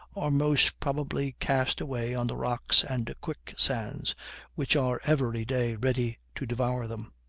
are most probably cast away on the rocks and quicksands which are every day ready to devour them.